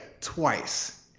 twice